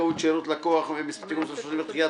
הבנקאות (שירות ללקוח) (תיקון מס' 31) (דחיית